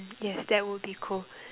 yes that would be cool